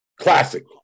classic